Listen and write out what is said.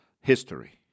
history